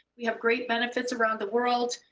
we have great benefits around the world.